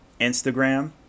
Instagram